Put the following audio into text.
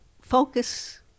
focus